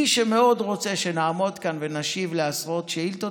מי שמאוד רוצה שנעמוד כאן ונשיב על עשרות שאילתות,